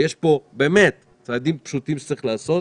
יש פה באמת צעדים פשוטים שצריך לעשות